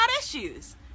issues